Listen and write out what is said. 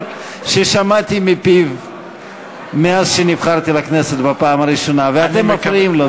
ששמעתי מפיו מאז נבחרתי לכנסת בפעם הראשונה ואתם מפריעים לו.